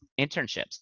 internships